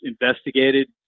investigated